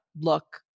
look